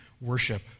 worship